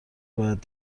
باید